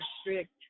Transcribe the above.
strict